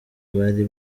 bari